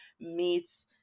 meets